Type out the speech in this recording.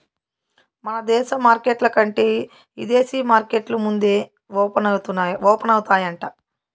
మన దేశ మార్కెట్ల కంటే ఇదేశీ మార్కెట్లు ముందే ఓపనయితాయంట